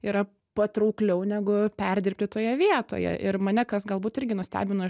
yra patraukliau negu perdirbti toje vietoje ir mane kas galbūt irgi nustebino iš